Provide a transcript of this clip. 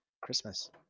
christmas